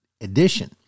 edition